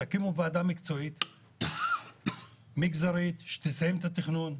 תקימו ועדה מקצועית מגזרית שתסיים את התכנון.